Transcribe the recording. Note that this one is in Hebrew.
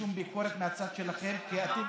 ושום ביקורת מהצד שלכם, כי אתם,